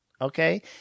okay